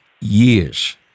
years